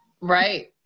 Right